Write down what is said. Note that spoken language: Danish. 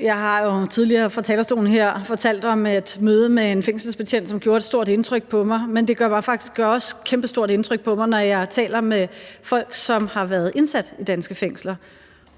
Jeg har jo tidligere fra talerstolen her fortalt om et møde med en fængselsbetjent, som gjorde et stort indtryk på mig, men det gør faktisk også et kæmpestort indtryk på mig, når jeg taler med folk, som har været indsat i danske fængsler,